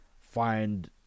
find